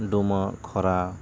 ᱰᱩᱵᱟᱹ ᱠᱷᱚᱨᱟ